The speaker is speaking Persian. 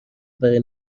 برای